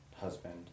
husband